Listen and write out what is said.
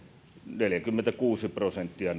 neljäkymmentäkuusi prosenttia